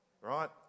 right